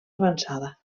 avançada